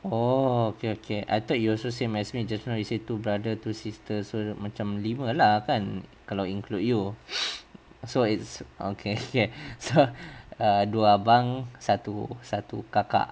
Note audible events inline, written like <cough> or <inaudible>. orh okay okay I thought you also same as me just now you say two brothers two sisters so dah macam lima lah kan kalau include you so it's okay K ya so <noise> dua abang satu satu kakak